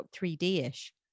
3D-ish